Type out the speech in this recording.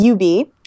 UB